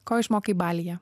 ko išmokai balyje